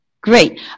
Great